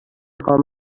خواهم